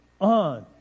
on